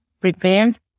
prepared